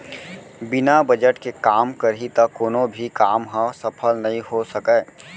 बिना बजट के काम करही त कोनो भी काम ह सफल नइ हो सकय